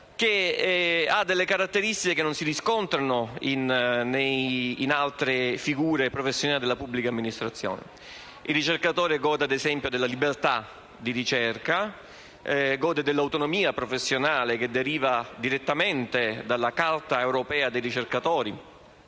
ed ha caratteristiche che non si riscontrano in altre figure professionali della pubblica amministrazione. Il ricercatore gode - ad esempio - della libertà di ricerca e dell'autonomia professionale, che deriva direttamente dalla Carta europea dei ricercatori,